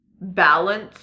balance